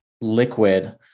liquid